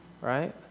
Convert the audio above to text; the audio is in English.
right